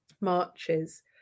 marches